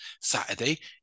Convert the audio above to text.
Saturday